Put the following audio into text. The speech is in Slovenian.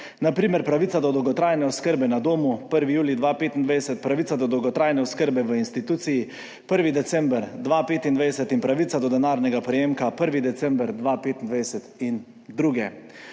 na primer pravica do dolgotrajne oskrbe na domu 1. julij 2025, pravica do dolgotrajne oskrbe v instituciji 1. december 2025 in pravica do denarnega prejemka 1. december 2025 in druge.